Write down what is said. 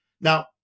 Now